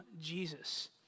Jesus